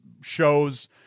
shows